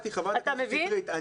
ח"כ שטרית.